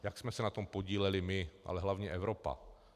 Jak jsme se na tom podíleli my, ale hlavně Evropa?